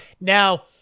Now